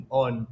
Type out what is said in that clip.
on